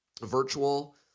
virtual